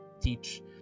teach